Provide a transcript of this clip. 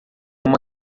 uma